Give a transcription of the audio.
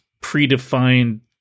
predefined